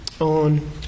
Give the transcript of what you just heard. on